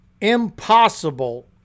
impossible